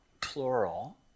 plural